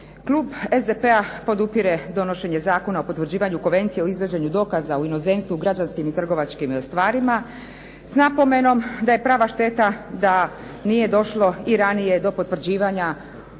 Klub SDP-a podupire donošenje Zakona o potvrđivanju Konvencije o izvođenju dokaza u inozemstvu u građanskim i trgovačkim stvarima s napomenom da je prava šteta da nije došlo i ranije do potvrđivanja